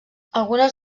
algunes